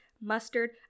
mustard